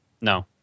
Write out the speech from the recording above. No